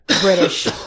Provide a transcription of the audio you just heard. British